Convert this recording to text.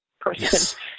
person